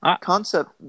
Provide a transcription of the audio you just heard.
concept